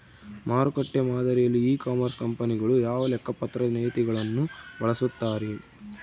ಮಾರುಕಟ್ಟೆ ಮಾದರಿಯಲ್ಲಿ e commerce ಕಂಪನಿಗಳು ಯಾವ ಲೆಕ್ಕಪತ್ರ ನೇತಿಗಳನ್ನು ಬಳಸುತ್ತಾರೆ?